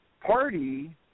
party